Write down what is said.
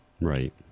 Right